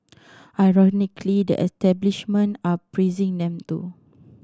ironically the establishment are praising them too